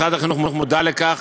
משרד החינוך מודע לכך